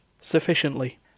sufficiently